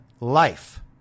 life